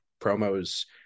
promos